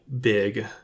big